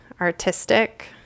artistic